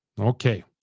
Okay